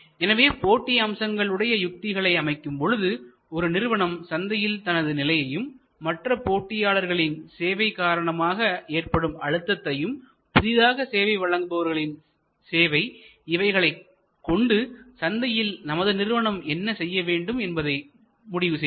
எனவே போட்டி அம்சங்கள் உடைய யுக்திகளை அமைக்கும் பொழுது ஒரு நிறுவனம் சந்தையில் தனது நிலையையும் மற்ற போட்டியாளர்களின் சேவை காரணமாக ஏற்படும் அழுத்தத்தையும் புதிதாக சேவை வழங்குபவர்ககளின் சேவை இவைகளைக் கொண்டு சந்தையில் நமது நிறுவனம் என்ன செய்ய வேண்டும் என்பதை முடிவு செய்வோம்